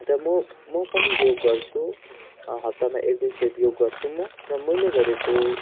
अन्त मो म पनि योग गर्छु हप्तामा एक दुईखेप योग गर्छु म र मैले गरेको